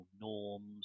norms